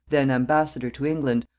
then ambassador to england,